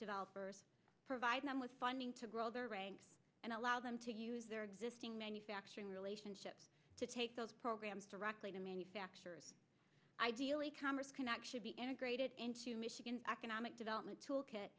developers provide them with funding to grow their ranks and allow them to use their existing manufacturing relationships to take those programs directly to manufacturers ideally commerce can actually be integrated into michigan economic development tool kit